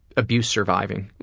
abuse surviving,